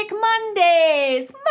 Mondays